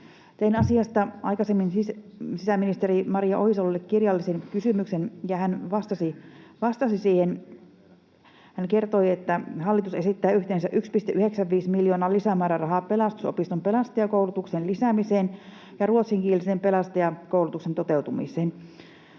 Tein asiasta aikaisemmin, siis sisäministeri Maria Ohisalolle, kirjallisen kysymyksen, ja hän vastasi siihen. Hän kertoi, että hallitus esittää yhteensä 1,95 miljoonan lisämäärärahaa Pelastusopiston pelastajakoulutuksen lisäämiseen ja ruotsinkielisen pelastajakoulutuksen toteutumiseen.